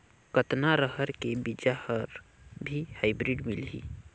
कतना रहर के बीजा हर भी हाईब्रिड मिलही?